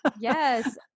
Yes